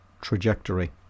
trajectory